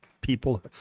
people